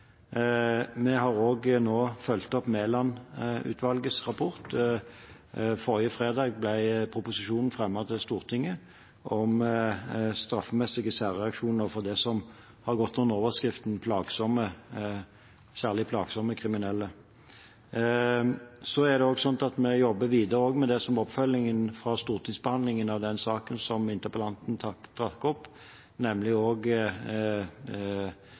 Vi har nå også fulgt opp Mæland-utvalgets rapport. Forrige fredag ble proposisjonen om strafferettslige særreaksjoner for det som har gått under overskriften «særlig plagsomme kriminelle», fremmet for Stortinget. Så jobber vi også videre med det som er oppfølgingen av stortingsbehandlingen av den saken som interpellanten trakk opp, nemlig